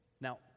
Now